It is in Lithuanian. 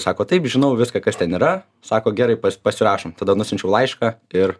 sako taip žinau viską kas ten yra sako gerai pasirašom tada nusiunčiau laišką ir